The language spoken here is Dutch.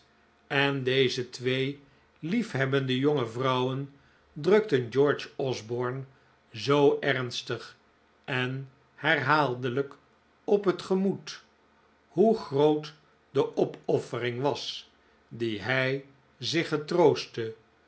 en deze twee lief hebbende jonge vrouwen drukten george osborne zoo ernstig en herhaaldelijk op het gemoed hoe groot de opoffering was die hij zich